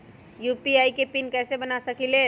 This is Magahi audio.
यू.पी.आई के पिन कैसे बना सकीले?